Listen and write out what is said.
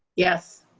yes.